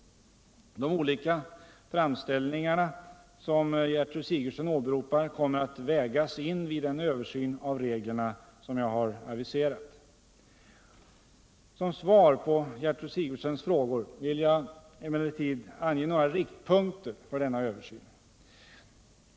De olika framställningar som Gertrud Sigurdsen åberopar kommer att vägas in vid den översyn av reglerna som jag har aviserat. :: Sem svar på Gertrud Sigurdsens frågor vill jag emellertid ange några riktpunkter för denna översyn.